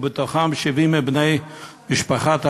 ובתוכם 70 מבני משפחת אבי.